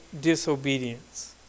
disobedience